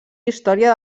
història